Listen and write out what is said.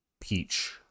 peach